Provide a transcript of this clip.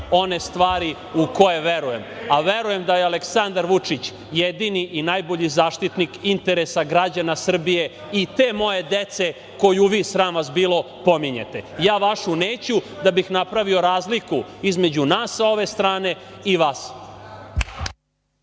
one stvari u koje verujem, a verujem da je Aleksandar Vučić jedini i najbolji zaštitnik interesa građana Srbije i te moje dece koju vi, sram vas bilo, pominjete. Ja vašu neću, a da bih napravio razliku između nas sa ove strane i vas.